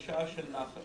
אלא בשעה של נחת.